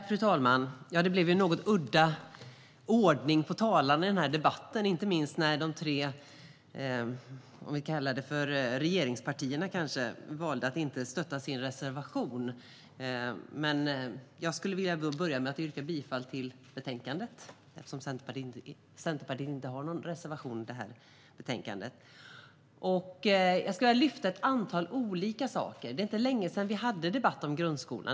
Fru talman! Det blev en något udda ordning på talarna i debatten, inte minst när de tre "regeringspartierna" valde att inte stötta sin reservation. Jag skulle vilja börja med att yrka bifall till utskottets förslag, eftersom Centerpartiet inte har någon reservation i betänkandet. Jag vill lyfta upp ett antal olika saker. Det är inte länge sedan vi hade en debatt om grundskolan.